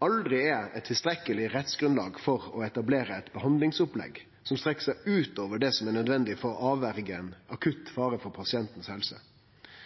eit tilstrekkeleg rettsgrunnlag for å etablere eit behandlingsopplegg som strekkjer seg ut over det som er nødvendig for å avverje ein akutt fare for